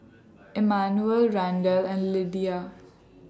Emmanuel Randell and Lydia